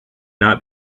not